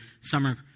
summer